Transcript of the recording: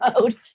mode